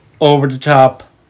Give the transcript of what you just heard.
over-the-top